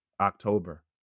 October